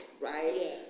right